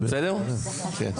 בבקשה.